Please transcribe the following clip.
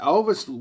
Elvis